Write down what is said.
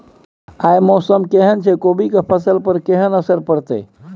आय मौसम केहन छै कोबी के फसल पर केहन असर परतै?